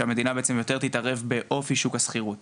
שהמדינה בעצם יותר תתערב באופי שוק השכירות.